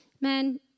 Men